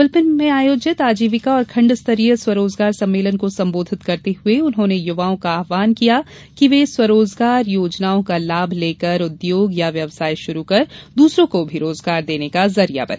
जबलपुर में आयोजित आजीविका और खंड स्तरीय स्वरोजगार सम्मेलन को संबोधित करते हुए उन्होंने युवाओं का आव्हान किया कि वे स्वरोजगार योजनाओं का लाभ लेकर उद्योग या व्यवसाय शुरू कर दूसरों को भी रोजगार देने का जरिया बने